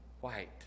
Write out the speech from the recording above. White